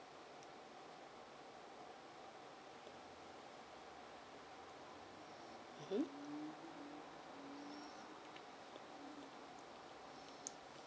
mm